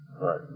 Right